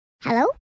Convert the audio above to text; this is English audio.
Hello